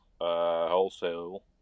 wholesale